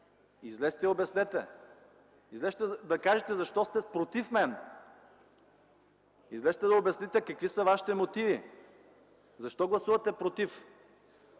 Излезте и обяснете! Излезте да кажете защо сте против мен. Излезте да обясните какви са вашите мотиви. Защо гласувате „против”?